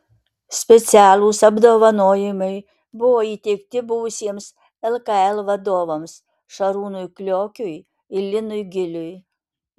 specialūs apdovanojimai buvo įteikti buvusiems lkl vadovams šarūnui kliokiui ir linui giliui